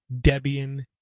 debian